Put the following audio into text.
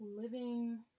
living